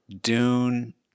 Dune